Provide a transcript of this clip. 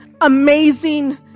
amazing